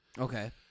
Okay